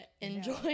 enjoy